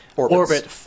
Orbit